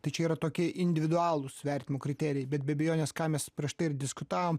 tai čia yra tokie individualūs vertinimo kriterijai bet be abejonės ką mes prieš tai ir diskutavom